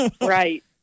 Right